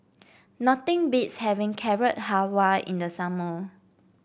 nothing beats having Carrot Halwa in the summer